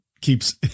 Keeps